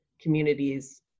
communities